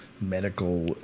medical